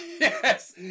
Yes